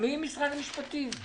מי ממשרד המשפטים?